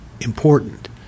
important